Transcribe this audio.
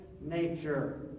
nature